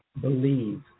believe